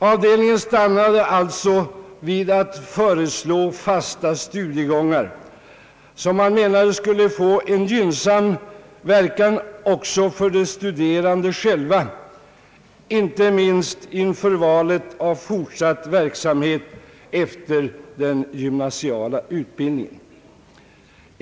Avdelningen stannade vid att föreslå fasta studiegångar, något som man menade skulle få en gynnsam verkan också för de studerande själva, inte minst inför valet av fortsatt verksamhet efter den gymnasiala utbildningen.